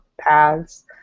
paths